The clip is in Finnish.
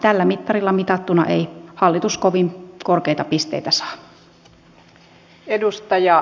tällä mittarilla mitattuna ei hallitus kovin korkeita pisteitä saa